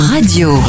Radio